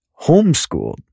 homeschooled